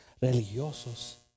religiosos